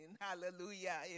hallelujah